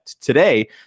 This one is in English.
today